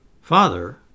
Father